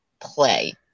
play